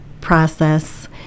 process